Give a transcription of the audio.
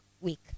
Week